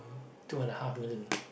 two and a half million